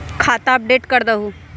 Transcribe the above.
खाता अपडेट करदहु?